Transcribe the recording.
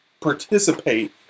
participate